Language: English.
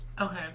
Okay